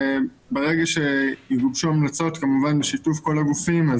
ברגע שיגובשו המלצות כמובן בשיתוף כל הגופים,